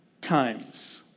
times